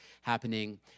happening